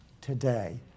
today